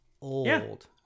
old